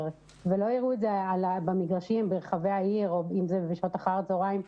או במגרשי ברחבי העיר בשעות אחר הצוהריים,